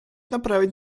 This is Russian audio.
направить